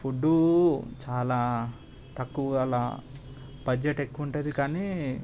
food చాలా తక్కువ గల బడ్జెట్ ఎక్కువ ఉంటుంది కానీ